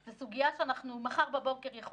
זאת סוגיה שיכולה לקרות מחר בבוקר.